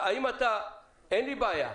אין לי בעיה,